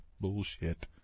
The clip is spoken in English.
bullshit